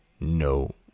no